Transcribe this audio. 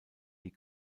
die